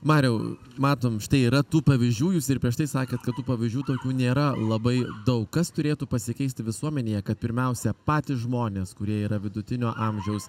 mariau matom štai yra tų pavyzdžių jūs ir prieš tai sakėt kad tų pavyzdžių tokių nėra labai daug kas turėtų pasikeisti visuomenėje kad pirmiausia patys žmonės kurie yra vidutinio amžiaus